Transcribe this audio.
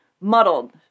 muddled